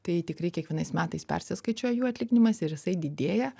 tai tikrai kiekvienais metais persiskaičiuoja jų atlyginimas ir jisai didėja